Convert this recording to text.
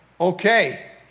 Okay